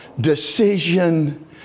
decision